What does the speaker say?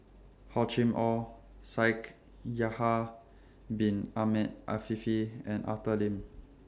Hor Chim Or Shaikh Yahya Bin Ahmed Afifi and Arthur Lim